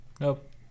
Nope